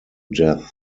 death